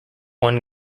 one